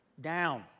down